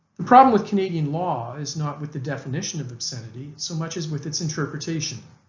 the problem with canadian law is not with the definition of obscenity so much as with its interpretation.